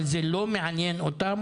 אבל זה לא מעניין אותם,